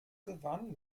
gewann